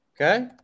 okay